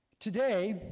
today,